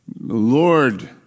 Lord